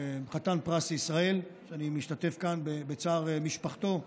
חתן פרס ישראל, אני משתתף כאן בצער משפחתו,